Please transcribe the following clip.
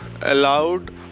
allowed